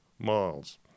miles